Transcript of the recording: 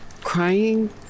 crying